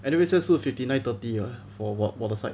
anyway 现在是 fifty nine thirty 了 for 我的 side